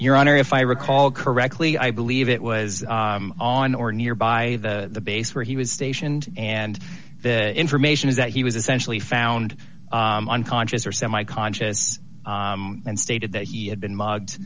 your honor if i recall correctly i believe it was on or nearby the base where he was stationed and the information is that he was essentially found unconscious or semi conscious and stated that he had been mugged